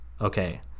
Okay